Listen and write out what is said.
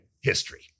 history